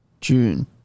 June